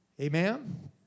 Amen